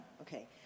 Okay